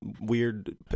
weird